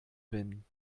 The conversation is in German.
bin